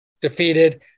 defeated